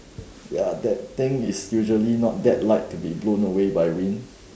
ya that thing is usually not that light to be blown away by wind